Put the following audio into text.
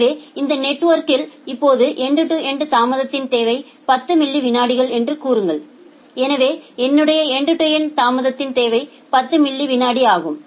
எனவே இந்த நெட்வொர்க்கில் இப்போது எண்ட் டு எண்ட் தாமதத்தின் தேவை 10 மில்லி விநாடிகள் என்று கூறுங்கள் எனவே என்னுடைய எண்ட் டு எண்ட் தாமதத்தின் தேவை 10 மில்லி விநாடி ஆகும்